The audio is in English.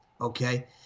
okay